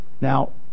Now